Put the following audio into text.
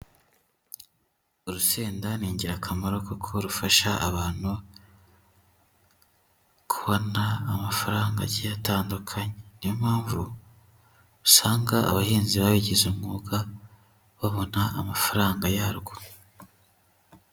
Urusenda ni ingirakamaro kuko rufasha abantu kubona amafaranga agiye atandukanye. Ni yo mpamvu usanga abahinzi babigize umwuga babona amafaranga yarwo.